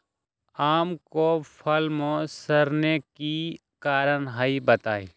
आम क फल म सरने कि कारण हई बताई?